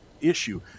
issue